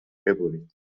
ببرید